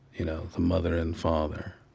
you know, the mother and father,